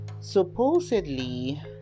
supposedly